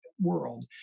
world